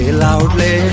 loudly